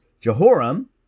Jehoram